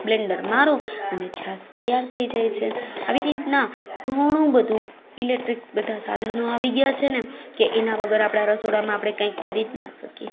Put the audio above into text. Blender મારો અને છાશ તૈયાર થઈ જાય છે આવી રીતના ઘણું બધુ ઇલેક્ટ્રિક બધા સાધનો આવી ગયા છે ને કે એના વગર આપણા રસોડામાં આપણે કંઈ કરી ના શકીએ